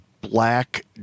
Black